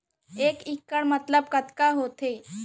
एक इक्कड़ मतलब कतका होथे?